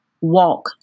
walk